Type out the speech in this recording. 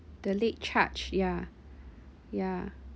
the late charge ya ya